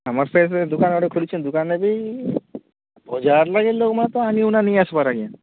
ଆମର୍ ସେଇ ଦୁକାନ ଆଡ଼େ ଖୁଲିଛନ୍ ଦୁକାନ୍ରେ ବି ଯେ ବଜାର୍ନେ ଲୋକମାନେ ଆନି ଉନା ନେଇ ଆସବାର୍ ଆଜ୍ଞା